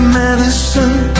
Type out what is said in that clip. medicine